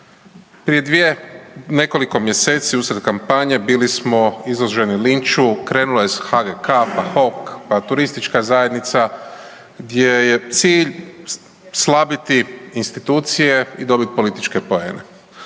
Prije dvije, nekoliko mjeseci usred kampanje bili smo izloženi linču, krenulo je sa HGK, pa HOK, pa turistička zajednica gdje je cilj slabiti institucije i dobiti političke poene.